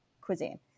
cuisine